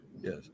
Yes